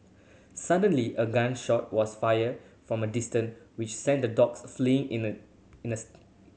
suddenly a gun shot was fired from a distance which sent the dogs fleeing in an instant